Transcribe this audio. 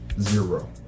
zero